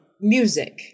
Music